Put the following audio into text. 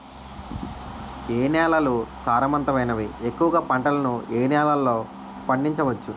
ఏ నేలలు సారవంతమైనవి? ఎక్కువ గా పంటలను ఏ నేలల్లో పండించ వచ్చు?